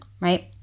right